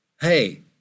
hey